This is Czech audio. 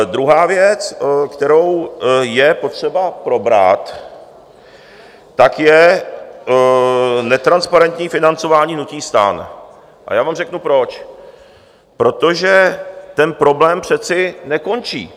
Druhá věc, kterou je potřeba probrat, je netransparentní financování hnutí STAN, a já vám řeknu proč protože ten problém přece nekončí.